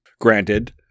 Granted